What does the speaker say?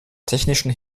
technischen